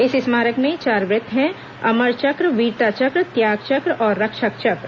इस स्मारक में चार वृत्त हैं अमर चक्र वीरता चक्र त्याग चक्र और रक्षक चक्र